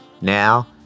Now